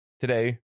today